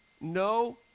no